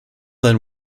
than